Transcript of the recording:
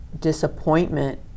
disappointment